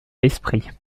l’esprit